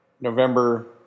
November